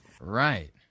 Right